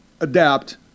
adapt